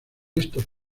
estos